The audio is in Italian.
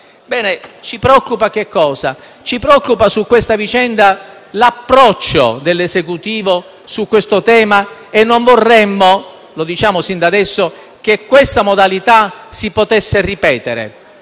ci preoccupa di questa vicenda? Ci preoccupa l'approccio dell'Esecutivo su questo tema, e non vorremmo - lo diciamo sin da adesso - che questa modalità si potesse ripetere.